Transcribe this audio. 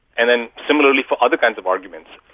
and then similarly for other kinds of arguments.